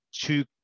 two